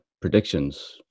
predictions